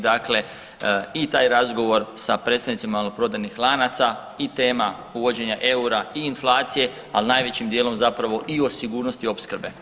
Dakle, i taj razgovor sa predstavnicima maloprodajnih lanaca i tema uvođenja eura i inflacije, al najvećim dijelom i o sigurnosti opskrbe.